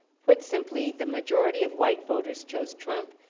put simply the majority of white voters chose trump,